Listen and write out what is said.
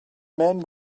men